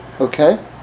Okay